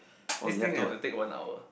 this thing have to take one hour